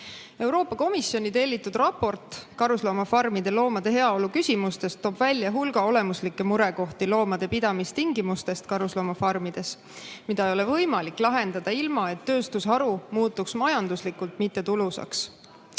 Euroopa Komisjoni tellitud raport karusloomafarmides peetavate loomade heaolu küsimustes toob välja hulga olemuslikke murekohti loomade pidamise tingimustes karusloomafarmides, mida ei ole võimalik lahendada ilma, et tööstusharu muutuks majanduslikult mittetulusaks. Naaritsate